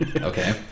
Okay